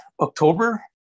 October